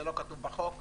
זה לא כתוב בחוק.